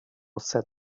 said